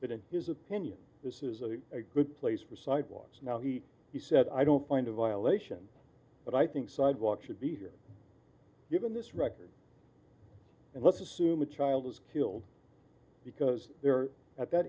that in his opinion this is a good place for sidewalks now he he said i don't find a violation but i think sidewalk should be here given this record and let's assume a child is killed because they're at that